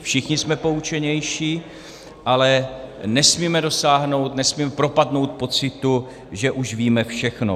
Všichni jsme poučenější, ale nesmíme dosáhnout, nesmíme propadnout pocitu, že už víme všechno.